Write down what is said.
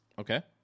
Okay